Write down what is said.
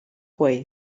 way